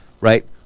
right